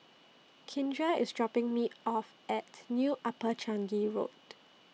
Kindra IS dropping Me off At New Upper Changi Road